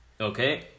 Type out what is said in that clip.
Okay